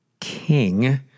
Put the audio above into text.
king